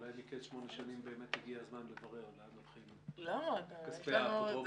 אולי מקץ שמונה שנים באמת הגיע הזמן לברר להיכן הולכים כספי האפוטרופוס.